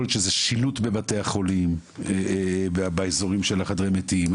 יכול להיות שזה שילוט בבתי החולים ובאזורים של חדרי המתים.